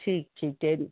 ठीकु ठीकु